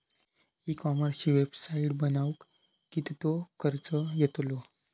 E कॉमर्सची website बनवक किततो खर्च येतलो?